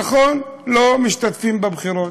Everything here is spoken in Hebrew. נכון, לא משתתפים בבחירות.